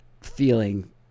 feeling